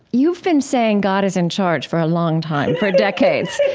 you've been saying god is in charge for a long time, for decades.